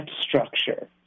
structure